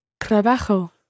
Trabajo